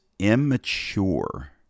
Immature